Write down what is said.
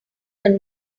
than